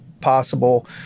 possible